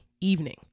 evening